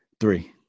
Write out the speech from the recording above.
Three